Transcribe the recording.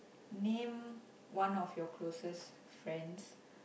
name one of your closest friends